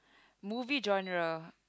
movie genre